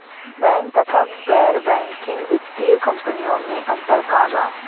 Bank तथा गैर banking वित्तीय कम्पनीयो मे अन्तर का बा?